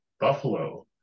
buffalo